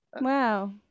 Wow